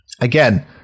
Again